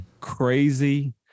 crazy